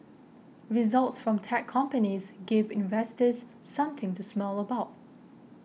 results from tech companies gave investors something to smile about